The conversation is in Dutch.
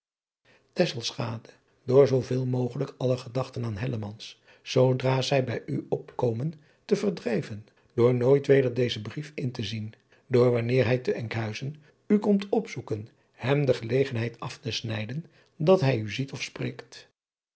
oor zooveel mogelijk alle gedachten aan zoodra zij bij u opkomen te verdrijven door nooit weder dezen brief in te zien door wanneer hij te nkhuizen u komt opzoeken hem de gelegenheid af te snijden dat hij u ziet of spreekt